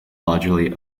largely